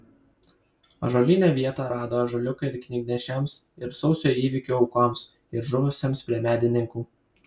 ąžuolyne vietą rado ąžuoliukai ir knygnešiams ir sausio įvykių aukoms ir žuvusiems prie medininkų